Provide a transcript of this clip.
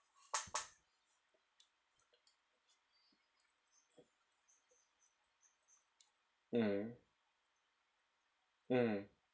mm mm